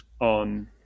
on